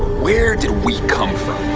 where did we come from